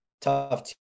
tough